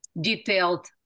detailed